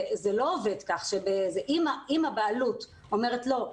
אם הבעלות אומרת: לא,